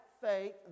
faith